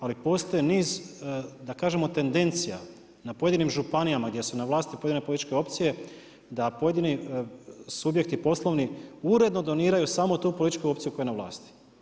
Ali postoji niz, da kažemo tendencija na pojedinim županijama gdje su na vlasti pojedine političke opcije, da pojedini subjekti poslovni uredno doniraju samo tu političku opciju koja je na vlasti.